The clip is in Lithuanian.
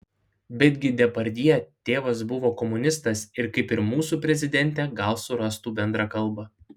bet gi depardjė tėvas buvo komunistas ir kaip ir mūsų prezidentė gal surastų bendrą kalbą